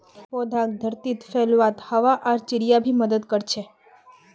पौधाक धरतीत फैलवात हवा आर चिड़िया भी मदद कर छे